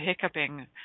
hiccuping